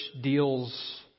deals